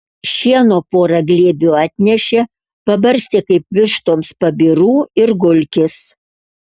šieno pora glėbių atnešė pabarstė kaip vištoms pabirų ir gulkis